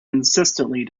insistently